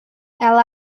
ela